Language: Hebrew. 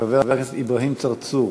חבר הכנסת אברהים צרצור,